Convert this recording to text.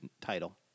Title